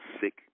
sick